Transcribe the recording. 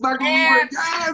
yes